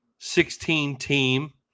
16-team